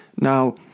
now